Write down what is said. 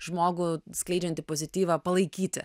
žmogų skleidžiantį pozityvą palaikyti